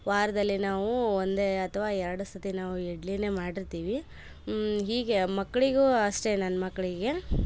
ವಾರದಲ್ಲಿ ನಾವು ಒಂದೇ ಅಥ್ವಾ ಎರಡು ಸರ್ತಿ ನಾವು ಇಡ್ಲಿನೆ ಮಾಡಿರ್ತೀವಿ ಹೀಗೆ ಮಕ್ಕಳಿಗೂ ಅಷ್ಟೇ ನನ್ನ ಮಕ್ಕಳಿಗೆ